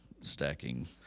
stacking